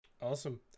awesome